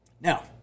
Now